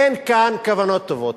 אין כאן כוונות טובות.